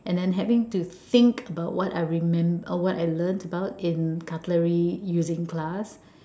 and then having to think about what I remember what I learnt about in cutlery using class